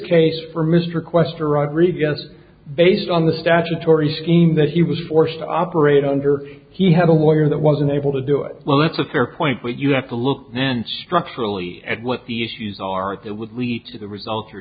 case for mr quest or rodriguez based on the statutory scheme that he was forced to operate under he had a lawyer that was unable to do it well that's a fair point but you have to look and structurally at what the issues are that would lead to the result you're